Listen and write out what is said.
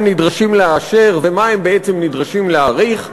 נדרשים לאשר ומה הם בעצם נדרשים להאריך.